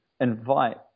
invite